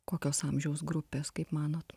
kokios amžiaus grupės kaip manot